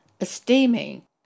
esteeming